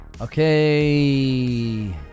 Okay